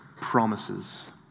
promises